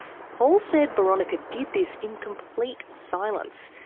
paul said boronika did this in complete silence.